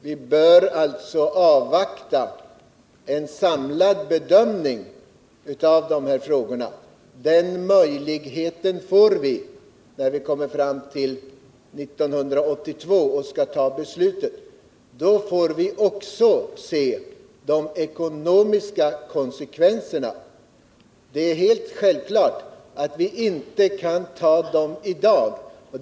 Vi bör i stället avvakta en samlad bedömning av dessa frågor. Möjligheten att göra en sådan samlad bedömning får vi när vi kommer fram till 1982. Då kan vi också se de ekonomiska konsekvenserna. Det är helt självklart att vi i dag inte kan bilda oss en uppfattning om dessa konsekvenser.